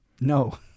No